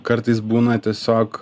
kartais būna tiesiog